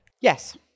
Yes